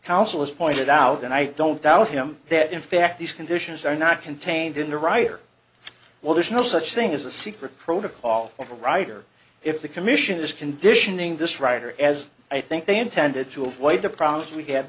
counselors pointed out and i don't doubt him that in fact these conditions are not contained in the right or well there's no such thing as a secret protocol for the writer if the commission is conditioning this writer as i think they intended to avoid the problems we ha